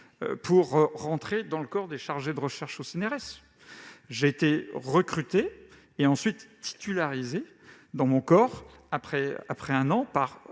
pour entrer dans le corps des chargés de recherche au CNRS. J'ai été recruté, puis titularisé dans mon corps, au bout d'un an, par